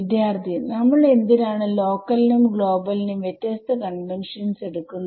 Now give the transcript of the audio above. വിദ്യാർത്ഥി നമ്മൾ എന്തിനാണ് ലോക്കൽ നും ഗ്ലോബൽ നും വ്യത്യസ്ത കൺവെൻഷൻസ് എടുക്കുന്നത്